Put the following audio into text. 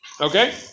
Okay